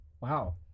Wow